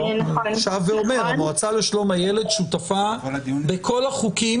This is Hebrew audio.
אני שב ואומר: המועצה לשלום הילד שותפה בכל החוקים